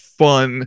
fun